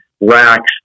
racks